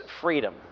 freedom